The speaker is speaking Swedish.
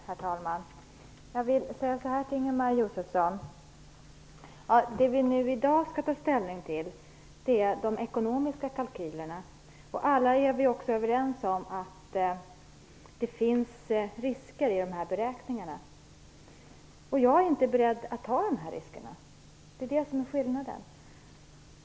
Herr talman! Jag vill säga till Ingemar Josefsson: Det vi nu i dag skall ta ställning till är de ekonomiska kalkylerna. Alla är vi också överens om att det finns risker i de här beräkningarna. Jag är inte beredd att ta de riskerna - det är skillnaden.